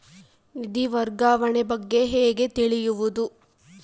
ನಿಧಿ ವರ್ಗಾವಣೆ ಬಗ್ಗೆ ಹೇಗೆ ತಿಳಿಯುವುದು?